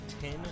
ten